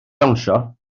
dawnsio